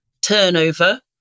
turnover